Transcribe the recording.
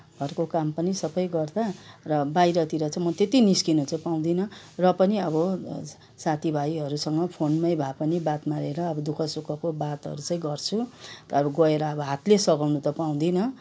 घरको काम पनि सबै गर्दा र बाहिरतिर चाहिँ म त्यति निस्किनु चाहिँ पाउँदिनँ र पनि अब साथीभाइहरूसँग फोनमै भए पनि बात मारेर अब दुःख सुखको बातहरू चाहिँ गर्छु अब गएर अब हातले सघाउनु त पाउँदिनँ